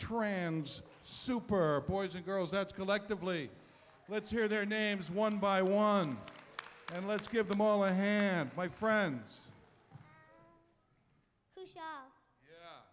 trans super boys and girls that's collectively let's hear their names one by one and let's give them all a hand my friends